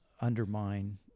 undermine